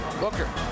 Booker